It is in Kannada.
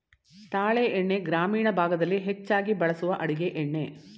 ತಾಳೆ ಎಣ್ಣೆ ಗ್ರಾಮೀಣ ಭಾಗದಲ್ಲಿ ಹೆಚ್ಚಾಗಿ ಬಳಸುವ ಅಡುಗೆ ಎಣ್ಣೆ